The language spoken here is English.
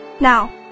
Now